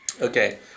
Okay